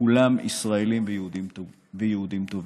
כולם ישראלים ויהודים טובים.